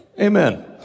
amen